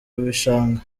bishanga